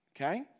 Okay